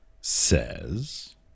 says